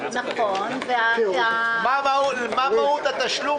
מה מהות התשלום?